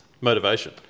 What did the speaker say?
motivation